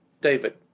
David